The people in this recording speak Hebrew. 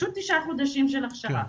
פשוט תשעה חודשים של הכשרה.